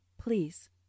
please